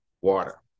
Water